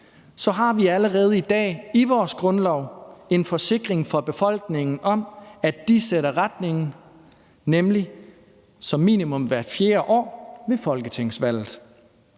har vi allerede i dag i vores grundlov en forsikring for befolkningen om, at de sætter retningen, nemlig som minimum hvert fjerde år ved folketingsvalget.